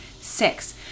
six